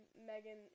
Megan